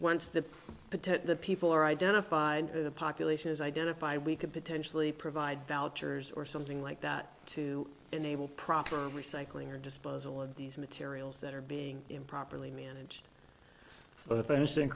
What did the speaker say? protect the people are identified the population is identified we could potentially provide belters or something like that to enable proper recycling or disposal of these materials that are being improperly managed